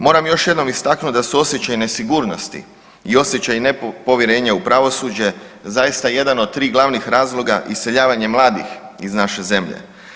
Moram još jednom istaknuti da su osjećaj nesigurnosti i osjećaj nepovjerenja u pravosuđe zaista jedan od 3 glavnih razloga iseljavanja mladih iz naše zemlje.